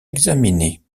examiner